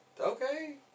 Okay